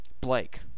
blake